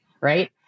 right